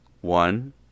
One